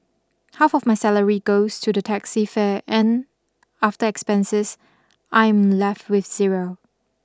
half of my salary goes to the taxi fare and after expenses I'm left with zero